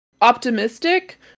optimistic